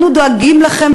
אנחנו דואגים לכן,